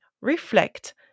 reflect